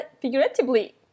figuratively